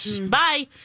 Bye